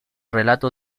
relato